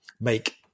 make